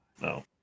No